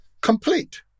complete